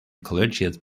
collegiate